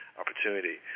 opportunity